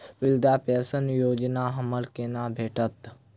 वृद्धा पेंशन योजना हमरा केना भेटत?